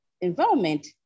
environment